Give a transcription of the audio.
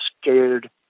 scared